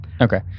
Okay